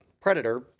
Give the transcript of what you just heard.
Predator